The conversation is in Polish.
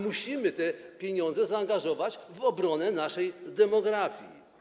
Musimy te pieniądze zaangażować w obronę naszej demografii.